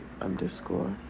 underscore